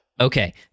Okay